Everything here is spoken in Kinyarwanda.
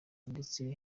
ndetse